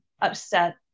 upset